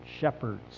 shepherds